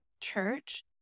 church